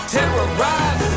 Terrorize